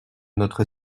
notre